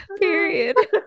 period